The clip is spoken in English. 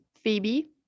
phoebe